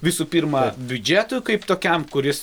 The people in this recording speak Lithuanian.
visų pirma biudžetui kaip tokiam kuris